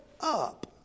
up